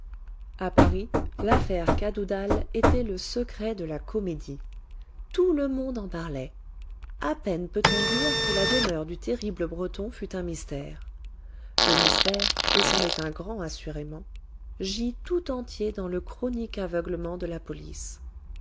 a paris l'affaire cadoudal était le secret de la comédie tout le monde en parlait a peine peut-on dire que la demeure du terrible breton fût un mystère le mystère et c'en est un grand assurément gît tout entier dans le chronique aveuglement de la police